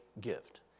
gift